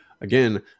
Again